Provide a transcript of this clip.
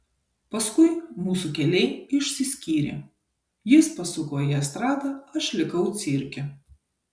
paskui mūsų keliai išsiskyrė jis pasuko į estradą aš likau cirke